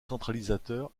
centralisateur